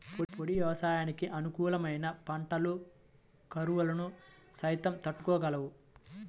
పొడి వ్యవసాయానికి అనుకూలమైన పంటలు కరువును సైతం తట్టుకోగలవు